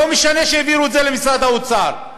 לא משנה שהעבירו את זה למשרד האוצר.